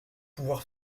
pouvoir